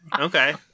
Okay